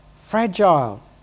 fragile